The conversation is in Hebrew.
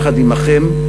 יחד עמכם,